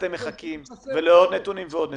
אתם מחכים ולעוד ועוד נתונים.